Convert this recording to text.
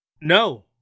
No